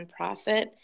nonprofit